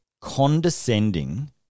Condescending